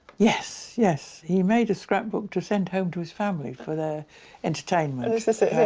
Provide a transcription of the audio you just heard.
yes, yes. he made a scrapbook to send home to his family for their entertainment. oh, is this it here?